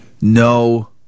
No